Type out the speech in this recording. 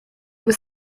was